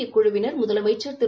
இக்குழுவினர் முதலமைச்சர் திரு